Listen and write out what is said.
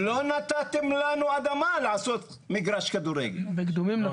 לא נתתם לנו אדמה לעשות מגרש כדורגל.